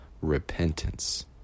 repentance